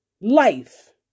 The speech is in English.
life